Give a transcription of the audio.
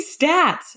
stats